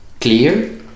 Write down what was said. clear